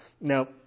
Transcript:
Now